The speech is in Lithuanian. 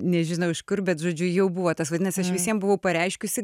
nežinau iš kur bet žodžiu jau buvo tas vadinas aš visiem buvau pareiškiusi